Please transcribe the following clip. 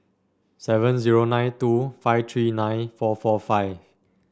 seven zero nine two five three nine four four five